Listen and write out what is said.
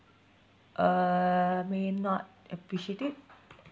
uh may not appreciate it